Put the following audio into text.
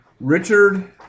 Richard